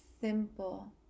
simple